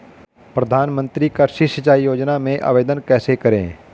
प्रधानमंत्री कृषि सिंचाई योजना में आवेदन कैसे करें?